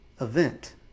event